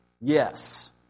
yes